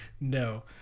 No